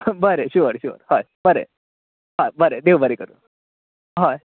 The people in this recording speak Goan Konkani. बरें हय शुअर शुअर बरें हय बरें देव करूं हय